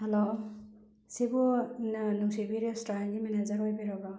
hello ꯁꯤꯕꯨ ꯅꯨꯡꯁꯤꯕꯤ ꯔꯦꯁꯇꯨꯔꯦꯟꯒꯤ ꯃꯦꯅꯦꯖꯔ ꯑꯣꯏꯕꯤꯔꯕ꯭ꯔꯣ